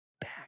back